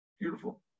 beautiful